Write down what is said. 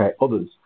others